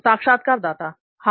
साक्षात्कारदाता हां